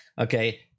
Okay